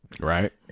right